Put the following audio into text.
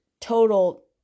total